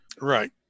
Right